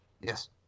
Yes